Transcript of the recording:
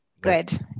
good